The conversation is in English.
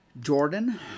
Jordan